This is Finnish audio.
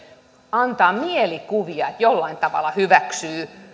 antaa mielikuvia että jollain tavalla hyväksyy